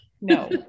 No